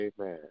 amen